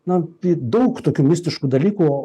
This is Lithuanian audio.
na tai daug tokių mistiškų dalykų